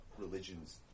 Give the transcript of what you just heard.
religions